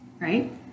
right